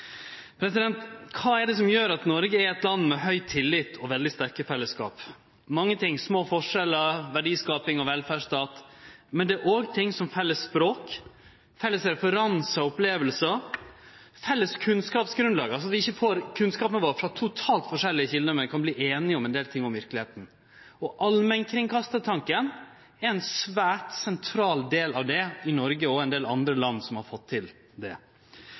Kva er det som gjer at Noreg er eit land med høg tillit og veldig sterke fellesskap? Mange ting – små forskjellar, verdiskaping og velferdsstat, men det er òg ting som felles språk, felles referansar og opplevingar, felles kunnskapsgrunnlag, altså at vi ikkje får kunnskapen vår frå totalt forskjellige kjelder, men kan verte einige om ein del ting om verkelegheita. Allmennkringkastartanken er ein svært sentral del av det, i Noreg og i ein del andre land som har fått til